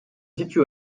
situe